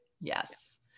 Yes